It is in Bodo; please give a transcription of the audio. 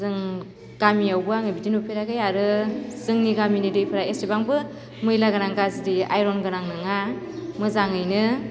जों गामियावबो आङो बिदि नुफेराखै आरो जोंनि गामिनि दैफ्रा एसेबांबो मैला गोनां गाज्रि आइरन गोनां नङा मोजाङैनो